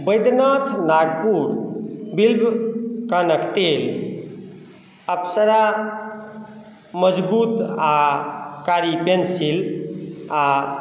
बैद्यनाथ नागपुर बिल्ब कनक तेल अप्सरा मजगूत आ कारी पेनसिल आ